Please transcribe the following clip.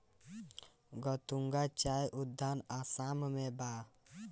गतूंगा चाय उद्यान आसाम में बा